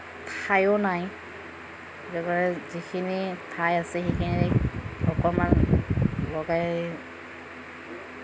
ঠাইও নাই একেবাৰে যিখিনি ঠাই আছে সেইখিনিত অকণমান লগাই